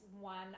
one